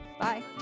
Bye